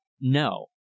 no